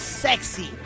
Sexy